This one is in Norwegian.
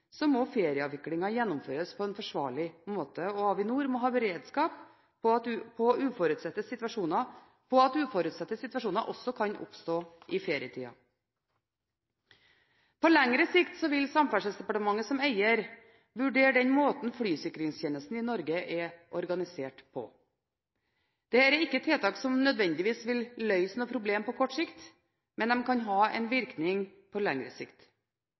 må ferieavviklingen gjennomføres på en forsvarlig måte. Avinor må ha beredskap med tanke på at uforutsette situasjoner også kan oppstå i ferietiden. På lengre sikt vil Samferdselsdepartementet som eier vurdere den måten flysikringstjenesten i Norge er organisert på. Dette er ikke tiltak som nødvendigvis vil løse problemene på kort sikt, men de kan ha en virkning på lengre sikt.